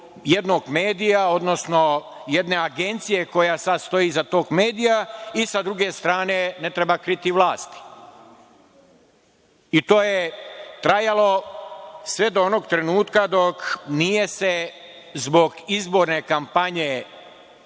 jednog medija, odnosno jedne agencije koja sada stoji iza tog medija. S druge strane, ne treba kriti vlasti. To je trajalo sve do onog trenutka dok nije se zbog izborne kampanje